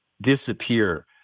disappear